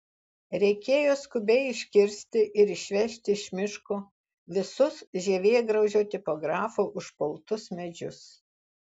reikėjo skubiai iškirsti ir išvežti iš miško visus žievėgraužio tipografo užpultus medžius